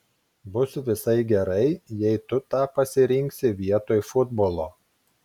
bus visai gerai jei tu tą pasirinksi vietoj futbolo